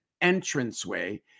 entranceway